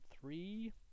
three